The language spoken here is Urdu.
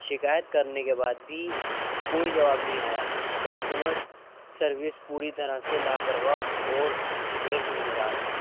شکایت کرنے کے بعد بھی کوئی جواب نہیں آیا کسٹمر سروس پوری طرح سے لاپرواہ اور غیرذمہ دار ہے